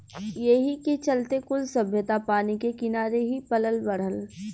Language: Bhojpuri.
एही के चलते कुल सभ्यता पानी के किनारे ही पलल बढ़ल